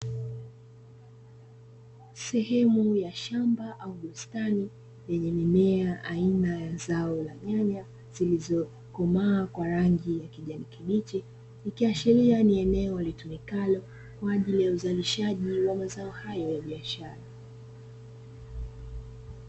Sehemu ya shamba au bustani, yenye mimea aina ya zao la nyanya zilizokomaa kwa rangi ya kijani kibichi, ikiashiria ni eneo litumikalo kwa ajili ya uzalishaji wa mazao hayo ya biashara.